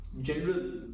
general